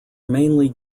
mainly